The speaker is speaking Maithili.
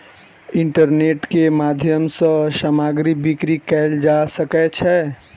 इंटरनेट के माध्यम सॅ सामग्री बिक्री कयल जा सकै छै